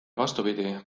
vastupidi